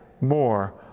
more